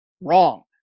wrong